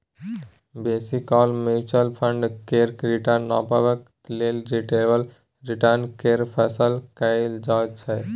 बेसी काल mutual fund केर रिटर्न नापबाक लेल रिलेटिब रिटर्न केर फैसला कएल जाइ छै